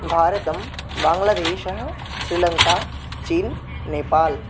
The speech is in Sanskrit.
भारतं वाङ्ग्लदेशः स्रिलङ्का चीन् नेपाल्